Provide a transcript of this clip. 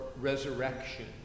resurrection